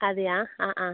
അതെയോ ആ ആ